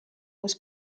was